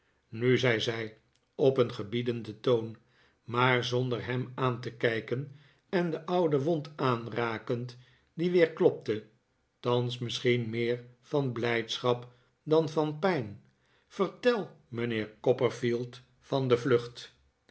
nu zei zij op een gebiedenden toon maar zonder hem aan te kijken en de oude wond aanrakend die weer klopte thans misschien meer van blijdschap dan van pijn vertel mijnheer copperfield van de vlucht